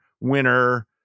winner